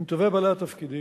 עם טובי בעלי התפקידים,